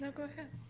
no, go ahead.